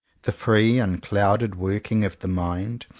the free unclouded working of the mind,